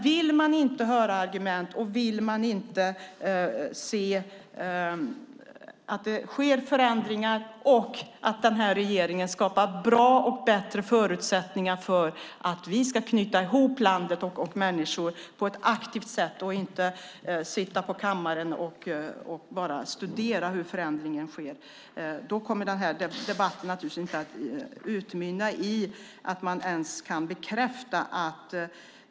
Vill man inte lyssna på argument, och vill man inte se att det sker förändringar - den här regeringen skapar bra och bättre förutsättningar för att knyta ihop landet och människor på ett aktivt sätt i stället för att bara sitta på kammaren och studera hur förändringen sker - kommer den här debatten naturligtvis inte att utmynna i något.